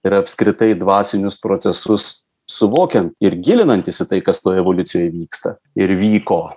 ir apskritai dvasinius procesus suvokian ir gilinantis į tai kas toj evoliucijoj vyksta ir vyko